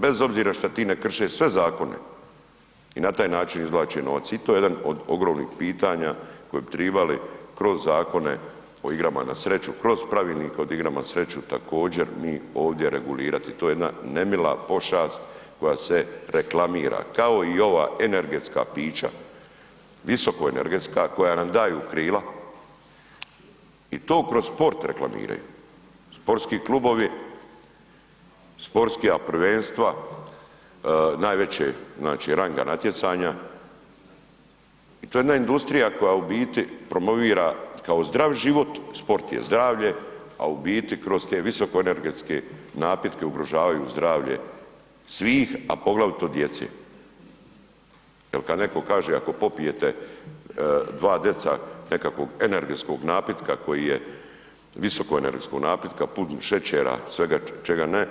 Bez obzira što ti ne krše sve zakone i na taj način izvlače novac, i to je jedan od ogromnih pitanja koje bi trebali kroz zakone o igrama na sreću, kroz pravilnike o igrama na sreću, također mi ovdje regulirati, to je jedna nemila pošast koja se reklamira kao i ova energetska pića, visokoenergetska, koja nam daju krila i to kroz sport reklamiraju, sportski klubovi, sportska prvenstva, najvećeg znači ranga natjecanja i to je jedna industrija koja u biti promovira kao zdrav život, sport je zdravlje, a u biti kroz te visokoenergetske napitke ugrožavaju zdravlje svih a poglavito djece jer kad netko kaže ako popijete 2 dcl nekakvog energetskog napitka koji je, visokoenergetskog napitka punom šećera, svega čega ne,